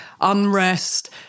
unrest